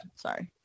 sorry